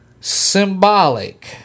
symbolic